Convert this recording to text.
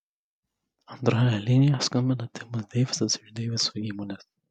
antrąja linija skambina timas deivisas iš deiviso įmonės